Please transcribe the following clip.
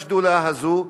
בשדולה הזאת,